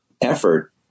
effort